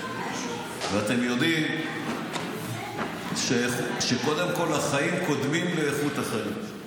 ואתם יודעים שקודם כול החיים קודמים לאיכות החיים.